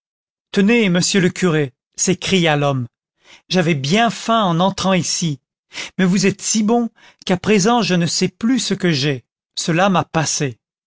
tenez monsieur le curé s'écria l'homme j'avais bien faim en entrant ici mais vous êtes si bon qu'à présent je ne sais plus ce que j'ai cela m'a passé